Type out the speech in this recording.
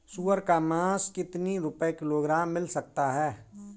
सुअर का मांस कितनी रुपय किलोग्राम मिल सकता है?